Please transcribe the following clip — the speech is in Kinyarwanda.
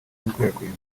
gukwirakwiza